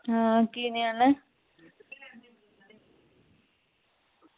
हां केह् ऐ